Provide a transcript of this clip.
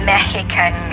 Mexican